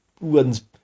One's